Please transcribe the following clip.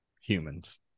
humans